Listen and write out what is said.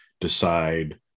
decide